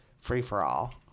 free-for-all